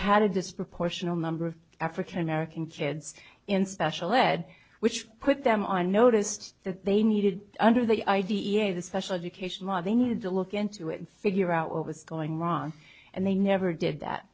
disproportionate number of african american kids in special ed which put them on noticed that they needed under the i d e a the special education law they needed to look into it figure out what was going wrong and they never did that